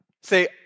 Say